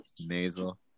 Nasal